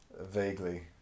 Vaguely